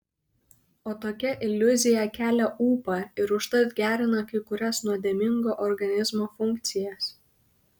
o tokia iliuzija kelia ūpą ir užtat gerina kai kurias nuodėmingo organizmo funkcijas